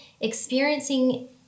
experiencing